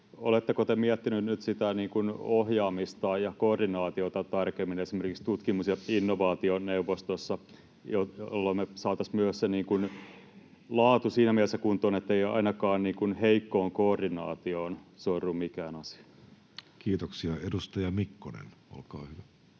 oletteko te miettinyt sitä ohjaamista ja koordinaatiota tarkemmin esimerkiksi tutkimus- ja innovaationeuvostossa, jolloin me saataisiin myös se laatu siinä mielessä kuntoon, ettei ainakaan heikkoon koordinaatioon sorru mikään asia? [Speech 411] Speaker: